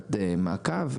נקודת מעקב,